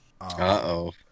Uh-oh